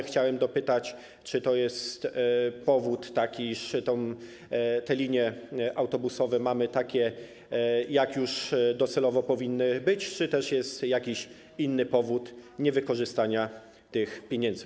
Chciałem dopytać, czy powód jest taki, iż te linie autobusowe mamy takie, jakie już docelowo powinny być, czy też jest jakiś inny powód niewykorzystania tych pieniędzy.